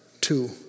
two